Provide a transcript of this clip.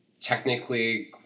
technically